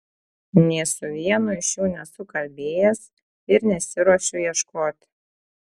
nė su vienu iš jų nesu kalbėjęs ir nesiruošiu ieškoti